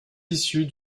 issus